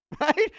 right